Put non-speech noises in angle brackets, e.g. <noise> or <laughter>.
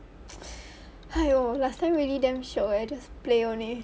<noise> !aiyo! last time really damn shiok leh just play only